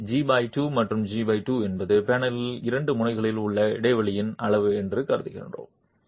இங்கே நாம் g2 மற்றும் g2 என்பது பேனலின் இரண்டு முனைகளிலும் உள்ள இடைவெளியின் அளவு என்று கருதுகிறோம்